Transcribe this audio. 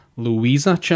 Louisa